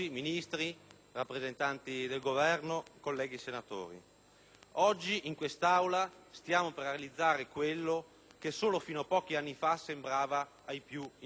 oggi in Aula stiamo per realizzare quello che solo fino a pochi anni fa sembrava ai più impossibile: il federalismo fiscale.